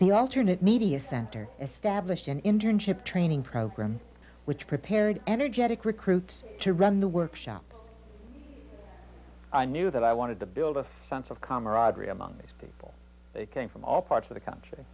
the alternate media center established an internship training program which prepared energetic recruits to run the workshops i knew that i wanted to build a sense of camaraderie among these people they came from all parts of the country